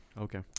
Okay